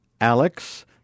Alex